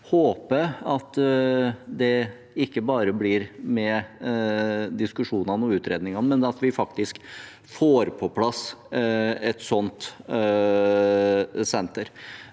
håper det ikke bare blir med diskusjonene og utredningene, men at vi faktisk får på plass et sånt senter.